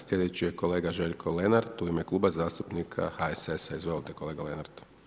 Slijedeći je kolega Željko Lenart u ime Kluba zastupnika HSS-a, izvolite kolega Lenart.